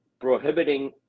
prohibiting